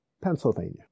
Pennsylvania